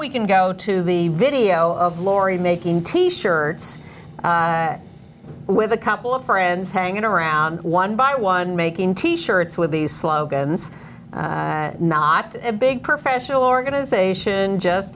we can go to the video of laurie making t shirts with a couple of friends hanging around one by one making t shirts with these slogans not a big professional organization just